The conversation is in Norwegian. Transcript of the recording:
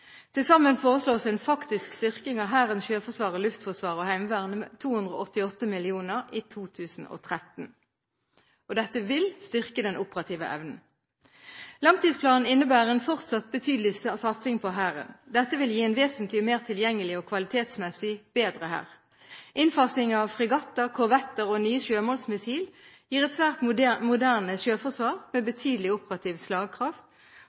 Til sammen foreslås en faktisk styrking av Hæren, Sjøforsvaret, Luftforsvaret og Heimevernet på 288 mill. kr i 2013. Dette vil styrke den operative evnen. Langtidsplanen innebærer en fortsatt betydelig satsing på Hæren. Dette vil gi en vesentlig mer tilgjengelig og kvalitetsmessig bedre hær. Innfasingen av fregatter, korvetter og nye sjømålsmissiler gir et svært moderne sjøforsvar, med betydelig operativ slagkraft.